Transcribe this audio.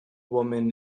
woman